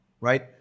right